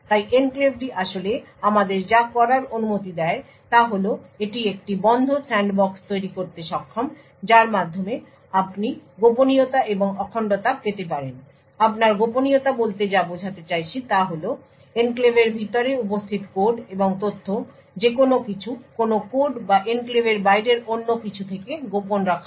তাই এনক্লেভটি আসলে আমাদের যা করার অনুমতি দেয় তা হল এটি একটি বন্ধ স্যান্ডবক্স তৈরি করতে সক্ষম যার মাধ্যমে আপনি গোপনীয়তা এবং অখণ্ডতা পেতে পারেন আমরা গোপনীয়তা বলতে যা বোঝাতে চাইছি তা হল এনক্লেভের ভিতরে উপস্থিত কোড এবং তথ্য যেকোনো কিছু কোনো কোড বা এনক্লেভের বাইরের অন্য কিছু থেকে গোপন রাখা হয়